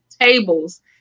tables